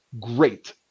Great